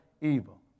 evil